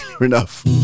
enough